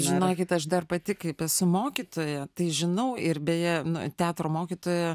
žinokit aš dar pati kaip esu mokytoja tai žinau ir beje nu teatro mokytoja